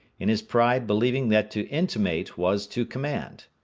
in his pride believing that to intimate was to command.